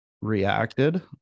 reacted